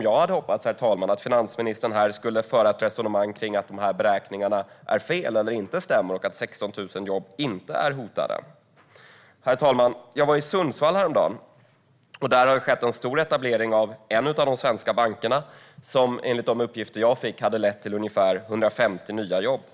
Jag hade hoppats, herr talman, att finansministern här skulle föra ett resonemang kring att de här beräkningarna är felaktiga eller inte stämmer och att 16 000 jobb inte är hotade. Herr talman! Jag var i Sundsvall häromdagen. Där har det skett en stor etablering av en av de svenska bankerna som enligt de uppgifter jag fick har lett till ungefär 150 nya jobb.